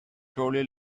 trolley